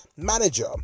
manager